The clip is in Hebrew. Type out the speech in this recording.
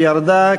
היא ירדה,